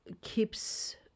keeps